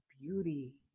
beauty